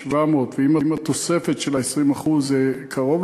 כ-4,700 ועם תוספת של 20% זה קרוב